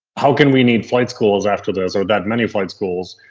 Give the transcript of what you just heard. how can we need flight schools after this or that many flight schools,